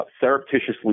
surreptitiously